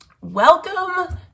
welcome